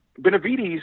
Benavides